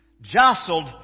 jostled